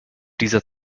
dieser